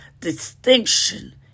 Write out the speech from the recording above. distinction